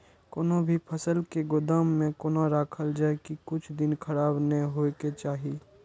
कोनो भी फसल के गोदाम में कोना राखल जाय की कुछ दिन खराब ने होय के चाही?